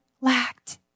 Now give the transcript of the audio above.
lacked